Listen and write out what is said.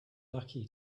lucky